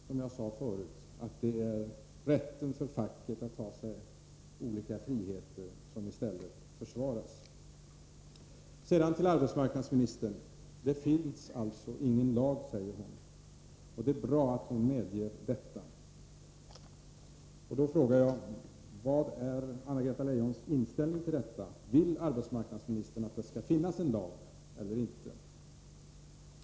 Som jag sade förut blir det i stället rätten för facket att ta sig olika friheter som försvaras. Sedan till arbetsmarknadsministern. Det finns alltså ingen lag som tvingar en till ett kollektivavtal. Det är bra att arbetsmarknadsministern medger detta. Då frågar jag: Vad är Anna-Greta Leijons inställning till detta? Vill arbetsmarknadsministern att det skall finnas en lag eller inte?